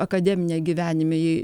akademine gyvenime ji